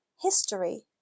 history